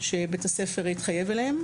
שבית הספר התחייב אליהן,